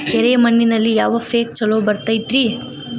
ಎರೆ ಮಣ್ಣಿನಲ್ಲಿ ಯಾವ ಪೇಕ್ ಛಲೋ ಬರತೈತ್ರಿ?